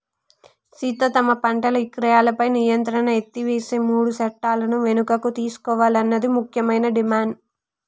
సీత తమ పంటల ఇక్రయాలపై నియంత్రణను ఎత్తివేసే మూడు సట్టాలను వెనుకకు తీసుకోవాలన్నది ముఖ్యమైన డిమాండ్